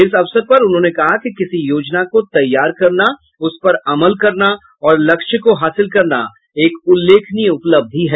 इस अवसर पर उन्होंने कहा कि किसी योजना को तैयार करना उस पर अमल करना और लक्ष्य को हासिल करना एक उल्लेखनीय उपलब्धि है